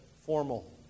formal